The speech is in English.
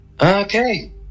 Okay